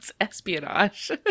espionage